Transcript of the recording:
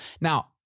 Now